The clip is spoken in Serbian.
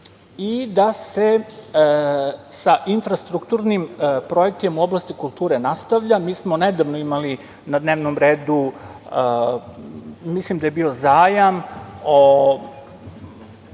i da se sa infrastrukturnim projektima u oblasti kulture nastavlja. Mi smo nedavno imali na dnevnom redu, mislim da je bio zajam